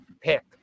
pick